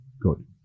good